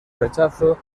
rechazo